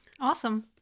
Awesome